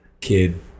Kid